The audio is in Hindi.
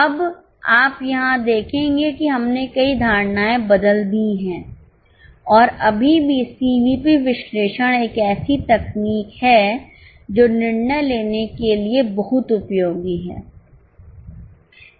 अब आप यहां देखेंगे कि हमने कई धारणाएं बदल दी है और अभी भी सीवीपी विश्लेषण एक ऐसी तकनीक है जो निर्णय लेने के लिए बहुत उपयोगी है